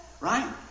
Right